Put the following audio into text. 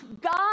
God